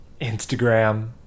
Instagram